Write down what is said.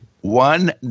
One